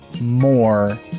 More